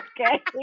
Okay